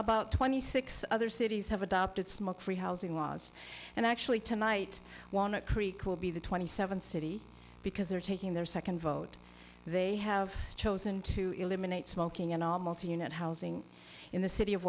about twenty six other cities have adopted smokefree housing laws and i actually tonight won a creek will be the twenty seventh city because they're taking their second vote they have chosen to eliminate smoking in all multi unit housing in the city of